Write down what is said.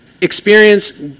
experience